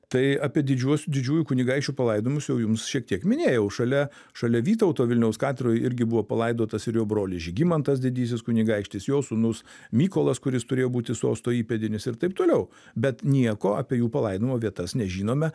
tai apie didžiuos didžiųjų kunigaikščių palaidojimus jau jums šiek tiek minėjau šalia šalia vytauto vilniaus katedroje irgi buvo palaidotas ir jo brolis žygimantas didysis kunigaikštis jo sūnus mykolas kuris turėjo būti sosto įpėdinis ir taip toliau bet nieko apie jų palaidojimo vietas nežinome